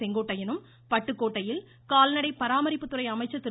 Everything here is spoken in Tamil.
செங்கோட்டையனும் பட்டுக்கோட்டையில் கால்நடை பராமரிப்புத்துறை அமைச்சர் திரு